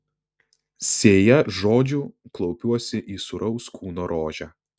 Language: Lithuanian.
sėja žodžių klaupiuosi į sūraus kūno rožę